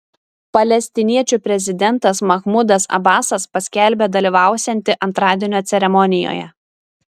palestiniečių prezidentas mahmudas abasas paskelbė dalyvausianti antradienio ceremonijoje